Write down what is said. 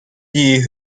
die